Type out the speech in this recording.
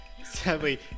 Sadly